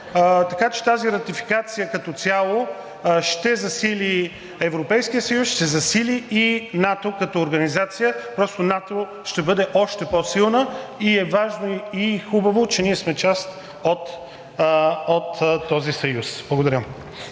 Така че тази ратификация като цяло ще засили Европейския съюз, ще засили и НАТО като организация. Просто НАТО ще бъде още по-силна и е важно, и е хубаво, че ние сме част от този съюз. Благодаря.